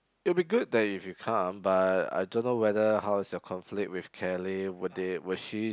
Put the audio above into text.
it'll be good that if you could come but I don't know whether how is your conflict with Kelly will they will she